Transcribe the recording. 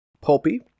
Pulpy